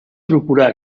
procurar